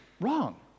Wrong